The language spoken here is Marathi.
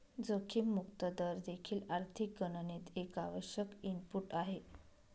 जोखीम मुक्त दर देखील आर्थिक गणनेत एक आवश्यक इनपुट आहे